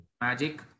Magic